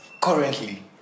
currently